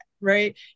right